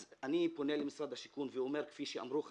אז אני פונה למשרד השיכון ואומר כפי שאמרו חז"ל,